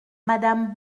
madame